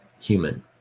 human